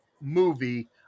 movie